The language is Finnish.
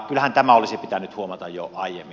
kyllähän tämä olisi pitänyt huomata jo aiemmin